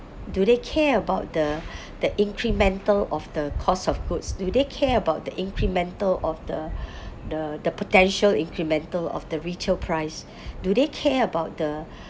do they care about the the incremental of the cost of goods do they care about the incremental of the the the potential incremental of the retail price do they care about the